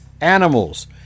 animals